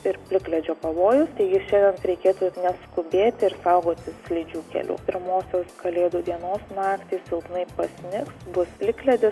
ir plikledžio pavojus taigi šiandien reikėtų neskubėti ir saugotis slidžių kelių pirmosios kalėdų dienos naktį silpnai pasnigs bus plikledis